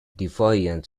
defiant